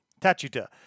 Tachita